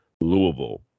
Louisville